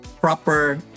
proper